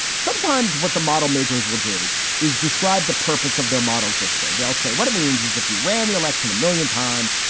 sometimes what the model makers will do is describe the purpose of their models. this way they'll say what it means is if we ran the election a million times,